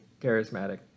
charismatic